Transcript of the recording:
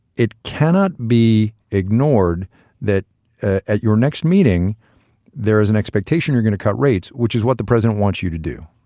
it cannot be ignored that at your next meeting there is an expectation that you're going to cut rates, which is what the president wants you to do.